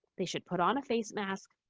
they should put on a face mask,